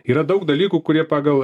yra daug dalykų kurie pagal